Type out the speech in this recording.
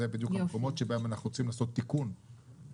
אלה בדיוק המקומות שבהם אנחנו רוצים לעשות תיקון והתערבות.